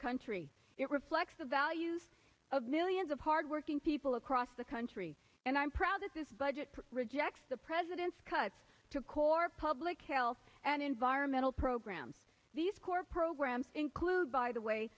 country it reflects the values of millions of hardworking people across the country and i'm proud that this budget rejects the president's cuts to core public health and environmental programs these core programs include by the way